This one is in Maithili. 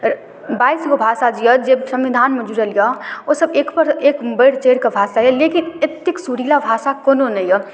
बाइसगो भाषा जे अइ सँविधानमे जुड़ल अइ ओसब एकपर एक बढ़ि चढ़िकऽ भाषा अइ लेकिन एतेक सुरीला भाषा कोनो नहि अइ